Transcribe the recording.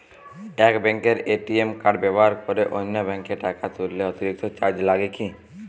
এক ব্যাঙ্কের ATM card ব্যবহার করে অন্য ব্যঙ্কে টাকা তুললে অতিরিক্ত চার্জ লাগে কি?